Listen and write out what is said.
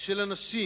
של אנשים